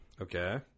Okay